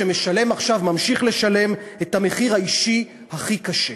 שממשיך לשלם את המחיר האישי הכי קשה.